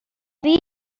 روی